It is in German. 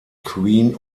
queen